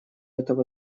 этого